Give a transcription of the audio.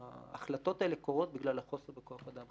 ההחלטות האלה קורות בגלל החוסר בכוח אדם.